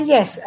Yes